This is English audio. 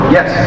Yes